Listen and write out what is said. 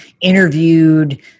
interviewed